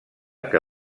que